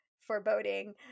foreboding